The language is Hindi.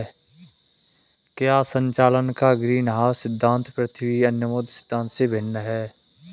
क्या संचालन का ग्रीनहाउस सिद्धांत पृथ्वी उन्मुख सिद्धांत से भिन्न है?